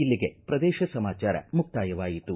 ಇಲ್ಲಿಗೆ ಪ್ರದೇಶ ಸಮಾಚಾರ ಮುಕ್ತಾಯವಾಯಿತು